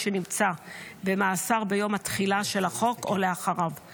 שנמצא במאסר ביום התחילה של החוק או לאחריו .